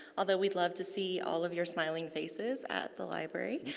although, we'd love to see all of your smiling faces at the library.